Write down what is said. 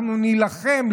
אנחנו נילחם.